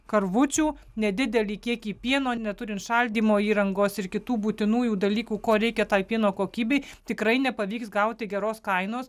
karvučių nedidelį kiekį pieno neturint šaldymo įrangos ir kitų būtinųjų dalykų ko reikia tai pieno kokybei tikrai nepavyks gauti geros kainos